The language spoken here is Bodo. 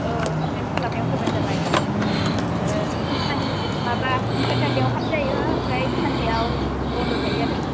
औ नों सोलाबनायाव फैबानो जाबाय सान माबा सेटारडेआव हाल्फ जायो ओमफ्राय सानडेआव बन्द' थायो आरो